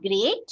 great